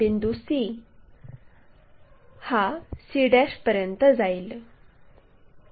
बिंदू c हा c पर्यंत जाईल